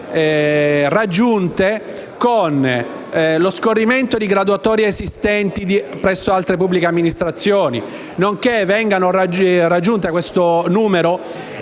raggiunte con lo scorrimento di graduatorie esistenti presso altre pubbliche amministrazioni, nonché venga ridotto il numero